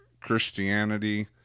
Christianity